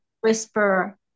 Whisper